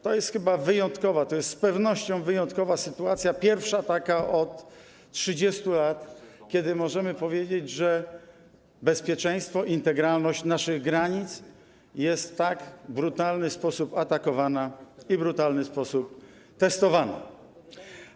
To jest wyjątkowa, to jest z pewnością wyjątkowa sytuacja, pierwsza taka od 30 lat, kiedy możemy powiedzieć, że bezpieczeństwo, integralność naszych granic jest w tak brutalny sposób atakowana i w brutalny sposób testowana.